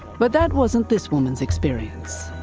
but that wasn't this woman's experience.